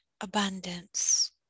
Abundance